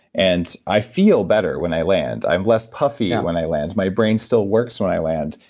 and i feel better when i land. i'm less puffy when i land. my brain still works when i land,